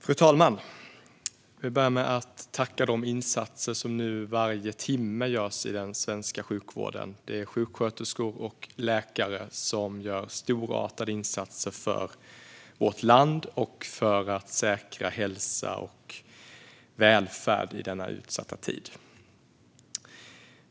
Fru talman! Jag vill börja med att tacka för de insatser som varje timme görs i den svenska sjukvården. Sjuksköterskor och läkare gör storartade insatser för vårt land och för att säkra hälsa och välfärd i denna utsatta tid.